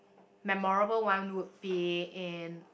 memorable one would be in